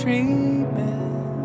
Dreaming